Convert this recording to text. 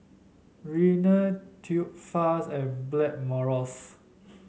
Rene Tubifast and Blackmores